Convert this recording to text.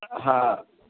हा